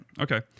okay